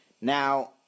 Now